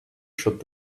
should